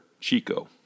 Chico